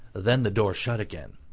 then the door shut again.